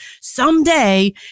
someday